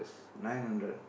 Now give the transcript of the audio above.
nine hundred